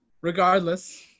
Regardless